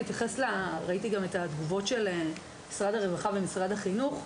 ראיתי גם את התגובות של משרד הרווחה ומשרד החינוך.